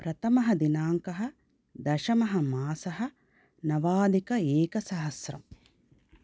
प्रथमः दिनाङ्कः दशमः मासः नवाधिक एकसहस्रं